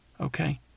okay